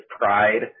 pride